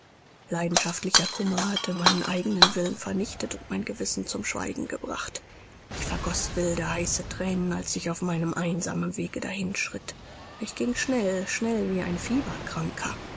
leidenschaftlicher kummer hatte meinen eigenen willen vernichtet und mein gewissen zum schweigen gebracht ich vergoß wilde heiße thränen als ich auf meinem einsamen wege dahinschritt ich ging schnell schnell wie ein